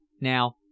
Now